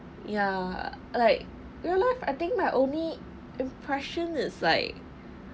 ya like your life I think my only impression is like